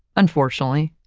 unfortunately,